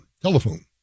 telephone